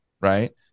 Right